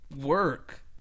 work